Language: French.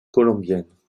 colombiennes